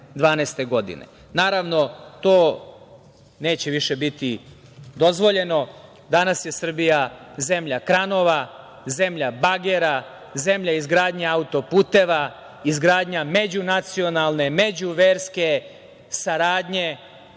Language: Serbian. godine. Naravno, to neće više biti dozvoljeno. Danas je Srbija zemlja kranova, zemlja bagera, zemlja izgradnje autoputeva, izgradnje međunacionalne, međuverske saradnje